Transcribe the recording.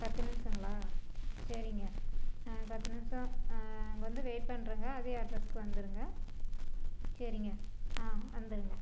பத்து நிமிடங்களா சரிங்க பத்து நிமிடம் அங்கே வந்து வெயிட் பண்றேங்க அதே அட்ரஸுக்கு வந்துடுங்க சரிங்க ஆ வந்துடுங்க